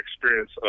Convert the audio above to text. experience